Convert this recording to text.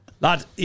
Lad